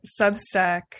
Substack